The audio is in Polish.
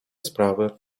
sprawy